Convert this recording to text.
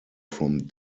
from